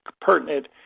pertinent